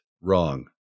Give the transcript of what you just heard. wrong